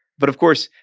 but, of course,